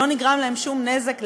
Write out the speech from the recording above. שלא נגרם להן שום נזק,